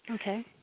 Okay